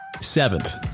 Seventh